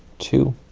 two